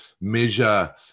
measure